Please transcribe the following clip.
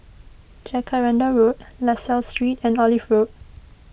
Jacaranda Road La Salle Street and Olive Road